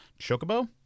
Chocobo